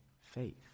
faith